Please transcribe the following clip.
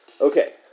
Okay